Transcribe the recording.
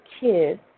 kids